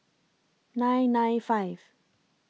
nine nine five